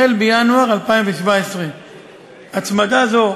החל בינואר 2017. הצמדה זו,